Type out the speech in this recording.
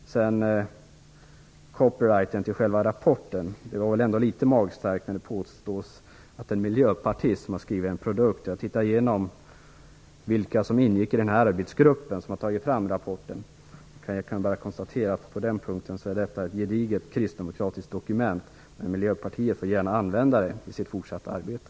När det gäller copyrighten till själva rapporten var det väl ändå litet magstarkt att påstå att en Miljöpartist har skrivit den. Jag har gått igenom vilka som ingick i den arbetsgrupp som har arbetat fram rapporten och kan bara konstatera att detta är ett gediget kristdemokratiskt dokument. Men miljöpartiet får gärna använda det i sitt fortsatta arbete.